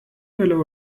vėliau